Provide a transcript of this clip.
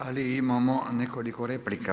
Ali imamo nekoliko replika.